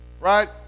Right